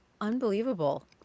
unbelievable